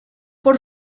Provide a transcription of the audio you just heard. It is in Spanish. por